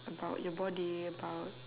about your body about